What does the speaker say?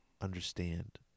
understand